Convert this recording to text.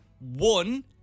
One